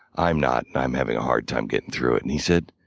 i'm not and i'm having a hard time getting through it. and he said,